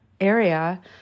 area